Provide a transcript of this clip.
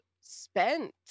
spent